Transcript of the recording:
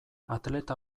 atleta